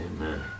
Amen